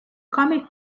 comic